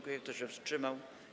Kto się wstrzymał?